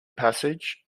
passage